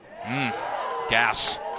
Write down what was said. Gas